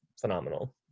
phenomenal